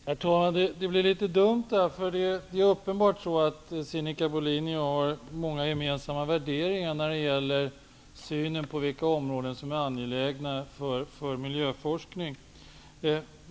Herr talman! Det blir litet dumt det här, för det är uppenbart att Sinikka Bohlin och jag har många gemensamma värderingar när det gäller synen på vilka områden som är angelägna för miljöforskning.